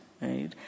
right